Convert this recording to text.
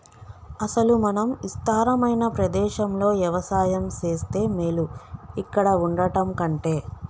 అసలు మనం ఇస్తారమైన ప్రదేశంలో యవసాయం సేస్తే మేలు ఇక్కడ వుండటం కంటె